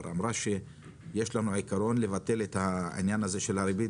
- והיא אמרה שיש לנו עיקרון לבטל את העניין הזה של הריבית